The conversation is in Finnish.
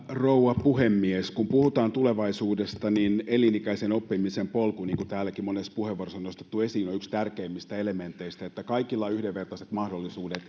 rouva puhemies kun puhutaan tulevaisuudesta niin elinikäisen oppimisen polku niin kuin täälläkin monessa puheenvuorossa on nostettu esiin on yksi tärkeimmistä elementeistä niin että kaikilla on yhdenvertaiset mahdollisuudet